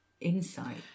insight